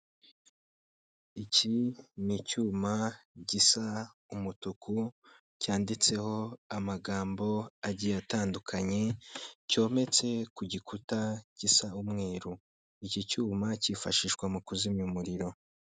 Iki ni icyuma gisa umutuku cyanditseho amagambo agiye atandukanye cyometse ku gikuta gisa umweru, iki cyuma kifashishwa mu kuzimya umuriro.